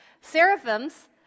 Seraphims